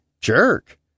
jerk